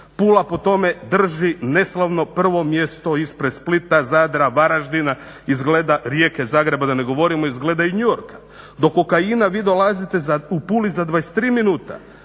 Pula po tome drži neslavno prvo mjesto ispred Splita, Zadra, Varaždina, izgleda Rijeke, Zagreba da ne govorimo izgleda i New Yorka. Do kokaina vi dolazite u Puli za 23 minuta